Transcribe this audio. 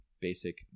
basic